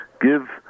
give